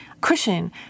cushion